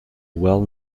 well